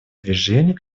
движения